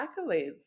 accolades